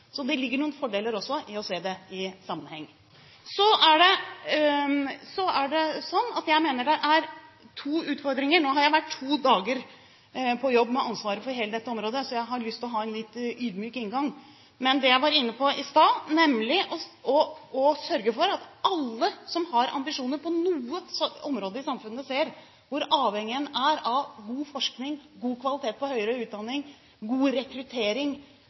Det ligger noen fordeler også i å se det i sammenheng. Så er det sånn at jeg mener det er to utfordringer – nå har jeg vært to dager på jobb med ansvaret for hele dette området, så jeg har lyst til å ha en litt ydmyk inngang – det ene var jeg inne på i stad, nemlig å sørge for at alle som har ambisjoner på noe område i samfunnet, ser hvor avhengig en er av god forskning, god kvalitet på høyere utdanning og god rekruttering